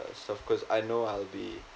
and stuff cause I know I'll be